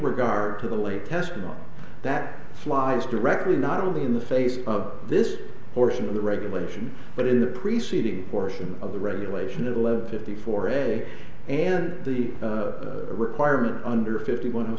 regard to the lay testimony that flies directly not only in the face of this portion of the regulations but in the preceding portions of the regulation of the low fifty four a and the requirement under fifty one